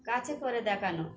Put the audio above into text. কাছে করে দেখানো